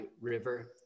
river